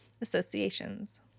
Associations